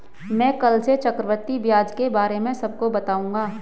मैं कल से चक्रवृद्धि ब्याज के बारे में सबको बताऊंगा